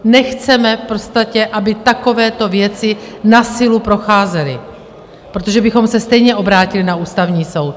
Nechceme v podstatě, aby takovéto věci na sílu procházely, protože bychom se stejně obrátili na Ústavní soud.